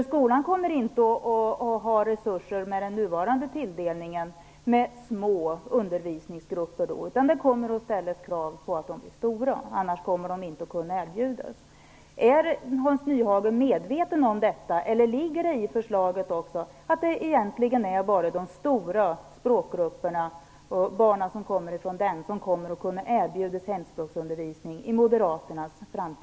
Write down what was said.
Skolan kommer inte att ha resurser med den nuvarande tilldelningen för små undervisningsgrupper. Det kommer att ställas krav på att grupperna blir stora. Annars kommer inte undervisning att kunna erbjudas. Är Hans Nyhage medveten om detta, eller ligger det i förslaget att det egentligen bara är barnen från de stora språkgrupperna som kommer att erbjudas hemspråksundervisning i